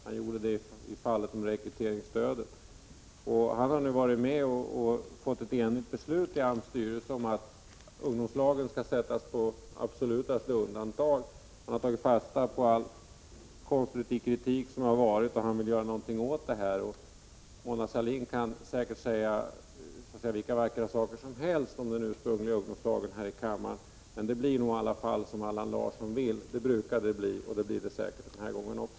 Han gjorde det i fallet med rekryteringsstödet, och han har nu fått ett enigt beslut i AMS styrelse om att ungdomslagen skall sättas på absolutaste undantag. Han har tagit fasta på all konstruktiv kritik som framförts. Mona Sahlin kan säga vilka vackra saker som helst om den ursprungliga tanken bakom ungdomslagen. Det brukar bli som Allan Larsson vill, och det blir det säkert den här gången också.